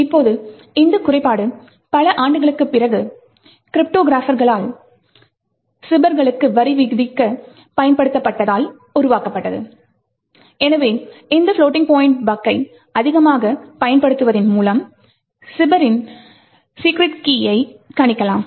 இப்போது இந்த குறைபாடு பல ஆண்டுகளுக்குப் பிறகு கிரிப்டோகிராபர்ஸ்சால் சிபர்களுக்கு வரி விதிக்க பயன்படுத்தப்பட்டதால் உருவாக்கப்பட்டது எனவே இந்த ப்ளோட்டிங் பாயிண்ட் பக்கை அதிகமாக பயன்படுத்துவதின் மூலம் சிபரின் சீக்ரெட் கீ யை கணிக்கலாம்